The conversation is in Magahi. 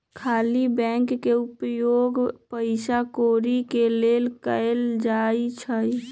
खाली बैंक के उपयोग पइसा कौरि के लेल कएल जाइ छइ